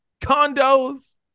condos